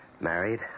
married